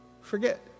Forget